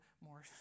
more